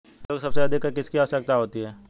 कीटों को सबसे अधिक किसकी आवश्यकता होती है?